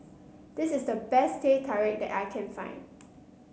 this is the best Teh Tarik that I can find